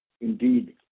indeed